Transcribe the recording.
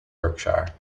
berkshire